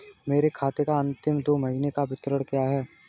मेरे खाते का अंतिम दो महीने का विवरण क्या है?